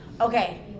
Okay